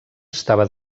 estava